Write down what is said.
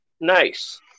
nice